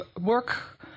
work